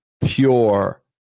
pure